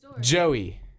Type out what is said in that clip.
Joey